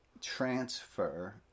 transfer